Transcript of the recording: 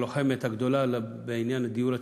הלוחמת הגדולה בעניין הדיור הציבורי,